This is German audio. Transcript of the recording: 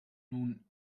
nun